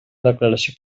declaració